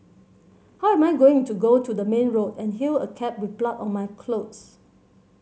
how am I going to go to the main road and hail a cab with blood on my clothes